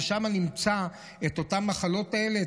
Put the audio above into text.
ושם נמצא את המחלות האלה,